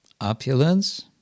opulence